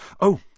Oh